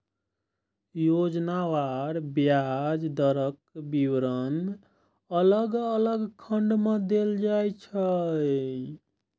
योजनावार ब्याज दरक विवरण अलग अलग खंड मे देल जाइ छै